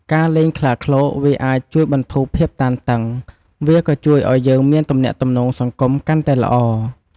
ការលេងខ្លាឃ្លោកអាចជួយបន្ធូរភាពតានតឹងវាក៏ជួយឱ្យយើងមានទំនាក់ទំនងសង្គមកាន់តែល្អ។